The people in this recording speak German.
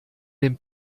dem